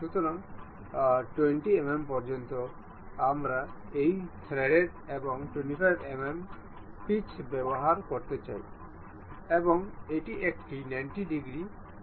সুতরাং এখন পাথ মেট আমাদের এই বলের কেন্দ্রস্থল এবং এটি যে পথে ভ্রমণ করতে হবে তার জন্য জিজ্ঞাসা করে